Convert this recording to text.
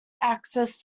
access